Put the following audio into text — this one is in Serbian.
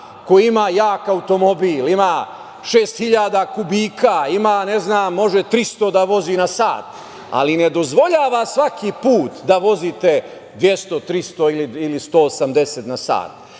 koji ima jak automobil, ima šest hiljada kubika, može 300 da vozi na sat, ali ne dozvoljava svaki put da vozi te 200, 300 ili 180 na sat.